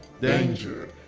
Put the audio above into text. danger